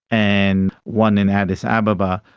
and one in addis ababa,